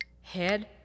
head